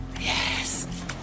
Yes